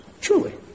truly